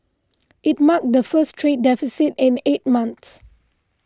it marked the first trade deficit in eight months